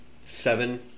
seven